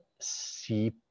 see